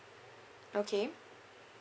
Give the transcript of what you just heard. okay